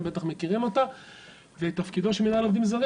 אתם בטח מכירים אותה ותפקידו של מנהל עובדים זרים